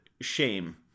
shame